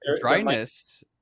dryness